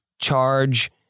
charge